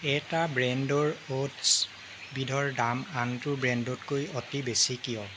এটা ব্ৰেণ্ডৰ অ'টছ বিধৰ দাম আনটো ব্ৰেণ্ডতকৈ অতি বেছি কিয়